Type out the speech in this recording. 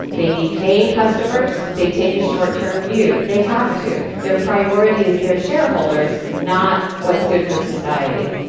they need paying customers. they take a short-term view. they have to. their priority is their shareholders, not what's good for society.